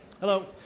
Hello